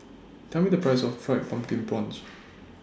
Tell Me The Price of Fried Pumpkin Prawns